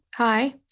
hi